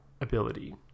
ability